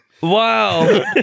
Wow